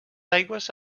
aigües